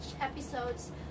episodes